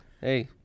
hey